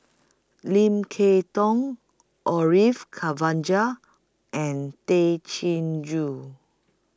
Lim Kay Tong Orfeur and Tay Chin Joo